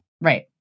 Right